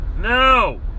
No